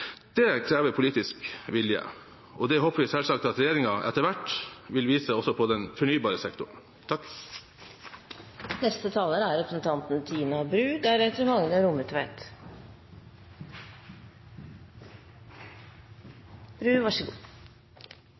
Det krever politisk vilje, og det håper vi selvsagt at regjeringen etter hvert vil vise også på den fornybare sektoren. Etter å ha hørt representanten Terje Aaslands innlegg her i dag kan jeg ikke annet enn å anta at Arbeiderpartiet er